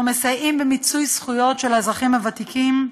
אנחנו מסייעים במיצוי זכויות של אזרחים ותיקים,